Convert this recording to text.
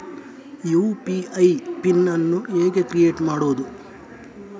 UPI PIN ಅನ್ನು ಹೇಗೆ create ಮಾಡುದು?